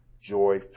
joy